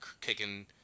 kicking